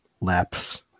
lapse